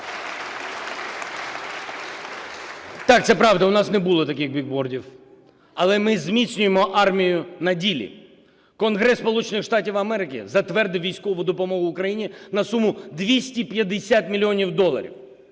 Так, це правда, у нас не було таких бігбордів, але ми зміцнюємо армію на ділі. Конгрес Сполучених Штатів Америки затвердив військову допомогу Україні на суму 250 мільйонів доларів.